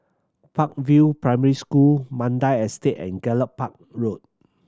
Park View Primary School Mandai Estate and Gallop Park Road